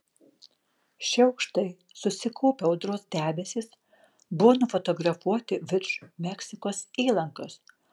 šie aukštai susikaupę audros debesys buvo nufotografuoti virš meksikos įlankos